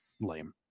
lame